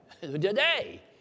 today